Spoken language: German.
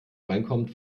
reinkommt